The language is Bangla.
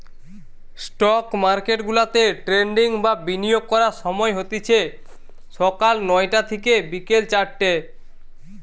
স্টক মার্কেটগুলাতে ট্রেডিং বা বিনিয়োগ করার সময় হতিছে সকাল নয়টা থিকে বিকেল চারটে